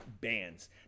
bands